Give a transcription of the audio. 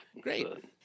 Great